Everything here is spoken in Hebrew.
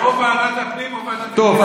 טוב,